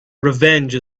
revenge